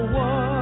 one